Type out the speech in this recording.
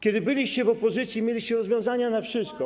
Kiedy byliście w opozycji, mieliście rozwiązania na wszystko.